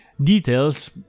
details